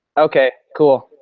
okay cool.